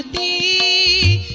e